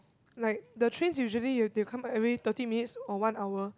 like the trains usually you you come back already thirty minutes or one hour